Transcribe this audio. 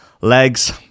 legs